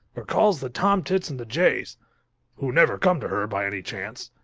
or calls the tomtits and the jays who never come to her by any chance.